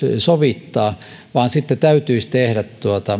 sovittaa vaan sitten täytyisi tehdä